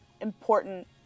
important